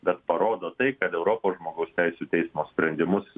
bet parodo tai kad europos žmogaus teisių teismo sprendimus